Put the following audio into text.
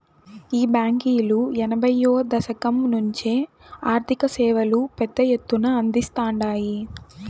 ఈ బాంకీలు ఎనభైయ్యో దశకం నుంచే ఆర్థిక సేవలు పెద్ద ఎత్తున అందిస్తాండాయి